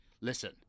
Listen